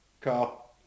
Carl